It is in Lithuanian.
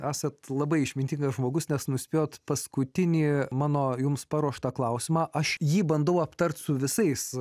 esat labai išmintingas žmogus nes nuspėjote paskutinį mano jums paruoštą klausimą aš jį bandau aptarti su visais